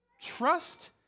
Trust